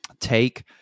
take